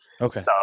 Okay